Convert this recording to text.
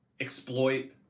exploit